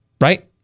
Right